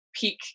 peak